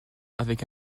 avec